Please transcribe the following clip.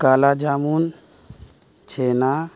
کالا جامن چھینا